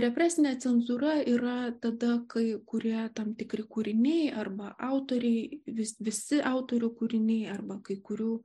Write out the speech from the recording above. represinė cenzūra yra tada kai kurioje tam tikri kūriniai arba autoriai vis visi autorių kūriniai arba kai kurių